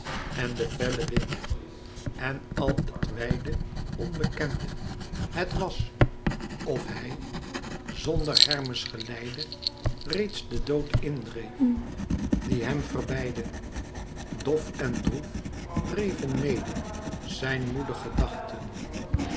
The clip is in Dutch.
en de felle wind en al het wijde onbekende het was of hij zonder hermes geleide reeds den dood in dreef die hem verbeidde dof en droef dreven mede zijn moede gedachten